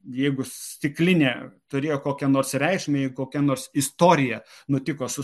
jeigu stiklinė turėjo kokią nors reikšmę kokia nors istorija nutiko su